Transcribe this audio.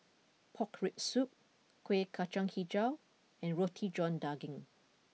Pork Rib Soup Kuih Kacang HiJau and Roti John Daging